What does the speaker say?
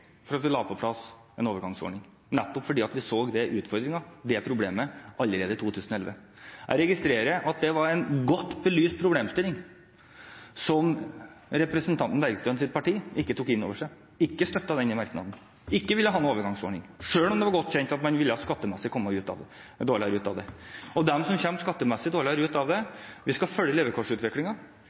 problemet, allerede i 2011. Jeg registrerer at det var en godt belyst problemstilling – som representanten Bergstøs parti ikke tok inn over seg. De støttet ikke den merknaden, og de ville ikke ha noen overgangsordning, selv om det var godt kjent at man skattemessig ville komme dårligere ut av det. For dem som skattemessig kommer dårligere ut av det: Vi skal følge